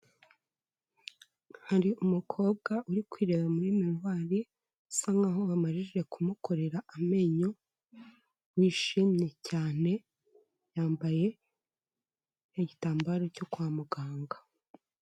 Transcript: Hari umukobwa uri kwirebaba muri mirrior usa nkaho bamajije kumukorera amenyo, wishimye cyane, yambaye igitambaro cyo kwa muganga.